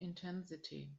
intensity